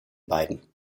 beiden